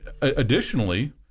additionally